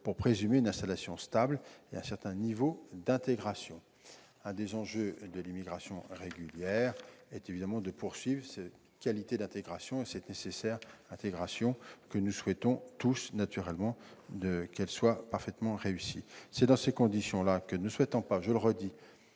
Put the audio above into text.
pour présumer une installation stable et un certain niveau d'intégration ». L'un des enjeux de l'immigration régulière est évidemment de rechercher cette qualité d'intégration nécessaire ; nous souhaitons tous naturellement que cette dernière soit parfaitement réussie. C'est dans ces conditions que, ne souhaitant pas, je le redis,